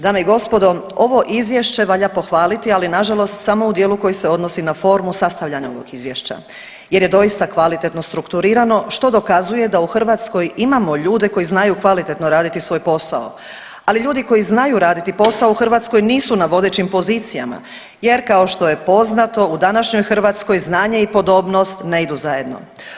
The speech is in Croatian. Dame i gospodo, ovo izvješće valja pohvaliti, ali nažalost samo u dijelu koji se odnosi na formu sastavljanja ovog izvješća jer je doista kvalitetno strukturirano što dokazuje da u Hrvatskoj imamo ljude koji znaju kvalitetno raditi svoj posao, ali ljudi koji znaju raditi posao u Hrvatskoj nisu na vodećim pozicijama jer kao što je poznato u današnjoj Hrvatskoj znanje i podobnost ne idu zajedno.